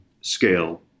scale